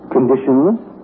Conditionless